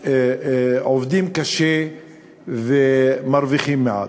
שעובדים כה קשה ומרוויחים כה מעט.